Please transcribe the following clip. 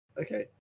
okay